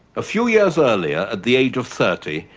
a few years earlier, at the age of thirty,